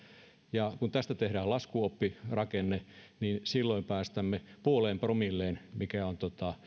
ja kun tästä tehdään laskuoppirakenne niin silloin pääsemme puoleen promilleen mikä on